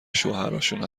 شوهراشون